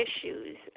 issues